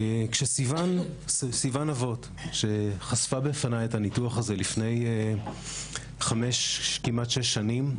כשסיוון נבות חשפה בפני את הניתוח הזה לפני כמעט שש שנים,